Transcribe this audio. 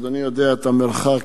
אדוני יודע מה המרחק.